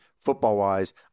football-wise